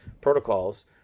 protocols